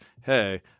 hey